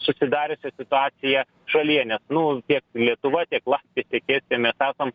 susidariusią situaciją šalyje nes nu tiek lietuva tiek latvija tiek estija mes esam